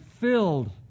filled